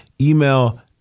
email